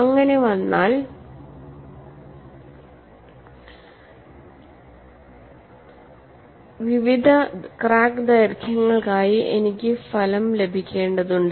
അങ്ങിനെ വന്നാൽ വിവിധ ക്രാക്ക് ദൈർഘ്യങ്ങൾക്കായി എനിക്ക് ഫലം ലഭിക്കേണ്ടതുണ്ട്